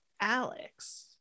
Alex